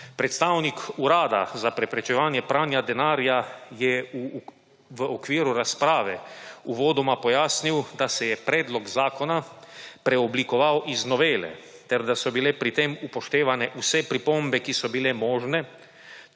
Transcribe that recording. Predstavnik Urada za preprečevanje pranja denarja je v okviru razprave uvodoma pojasnil, da se je predlog zakona preoblikoval iz novele ter da so bile pri tem upoštevane vse pripombe, ki so bile možne,